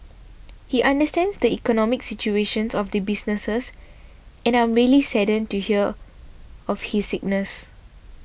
he understands the economic situation of the businesses and I'm really saddened to hear of his sickness